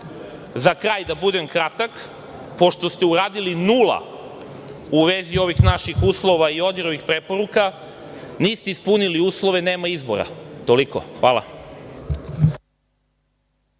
3.Za kraj da budem kratak, pošto ste uradili nula u vezi ovih naših uslova i ODIHR-ovih preporuka, niste ispunili uslove, nema izbora. Toliko. Hvala.